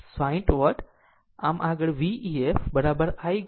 આમ આગળ V efI into Z ef